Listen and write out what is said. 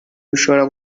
bishobora